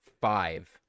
five